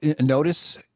notice